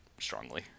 strongly